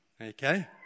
okay